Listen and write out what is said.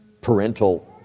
parental